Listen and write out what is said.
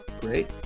Great